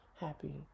happy